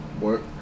work